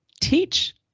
teach